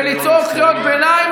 ולצעוק קריאות ביניים,